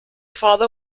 father